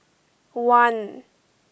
one